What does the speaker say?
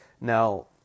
Now